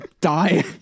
die